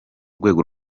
rwego